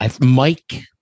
Mike